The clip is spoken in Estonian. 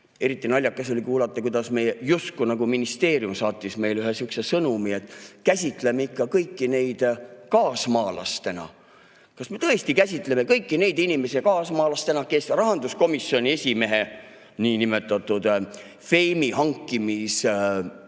Eriti naljakas oli kuulata, kuidas meie justkui nagu ministeerium saatis meile sõnumi, et käsitleme ikka kõiki neid kaasmaalastena. Kas me tõesti käsitleme kõiki neid inimesi kaasmaalastena, kes rahanduskomisjoni esimehe niinimetatud feimi hankimise